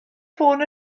ffôn